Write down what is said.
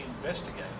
investigate